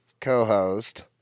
co-host